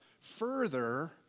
Further